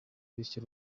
bityo